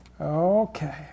Okay